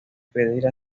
pedir